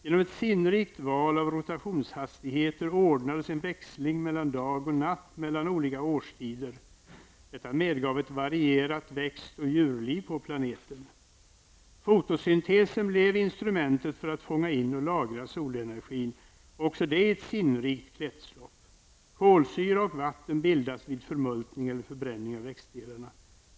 Genom ett sinnrikt val av rotationshastigheter ordnades en växling mellan dag och natt och mellan olika årstider. Detta medgav ett varierat växt och djurliv på planeten. Fotosyntesen, blev instrumentet för att fånga och lagra solenergin, också det i ett sinnrikt kretslopp. Kolsyra och vatten bildas vid förmultning eller förbränning av växtdelarna.